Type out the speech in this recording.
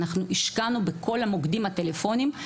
אנחנו השקענו בכל המוקדים הטלפוניים,